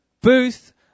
booth